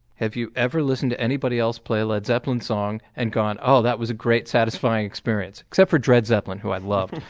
have you ever listened to anybody else play led zeppelin song and gone, oh, that was a great, satisfying experience, except for dread zeppelin, who i love.